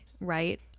right